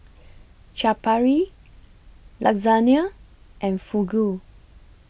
Chaat Papri Lasagna and Fugu